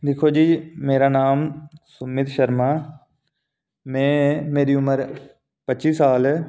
दिक्खो जी मेरा नांऽ सुमित शर्मा में मेरी उमर प'जीं साल